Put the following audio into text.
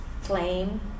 flame